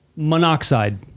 Monoxide